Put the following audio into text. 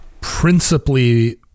principally